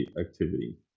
activity